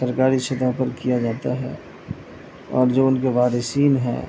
سرکاری سطح پر کیا جاتا ہے اور جو ان کے وارثین ہیں